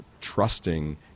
trusting